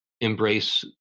embrace